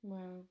Wow